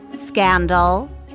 scandal